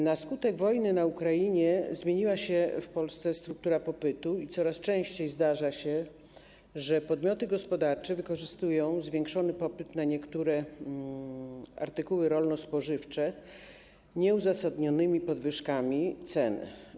Na skutek wojny na Ukrainie zmieniła się w Polsce struktura popytu i coraz częściej zdarza się, że podmioty gospodarcze wykorzystują zwiększony popyt na niektóre artykuły rolno-spożywcze, wprowadzając nieuzasadnione podwyżki cen.